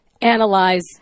analyze